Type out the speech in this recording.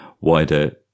wider